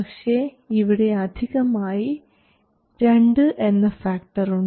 പക്ഷേ ഇവിടെ അധികമായി 2 എന്ന ഫാക്ടർ ഉണ്ട്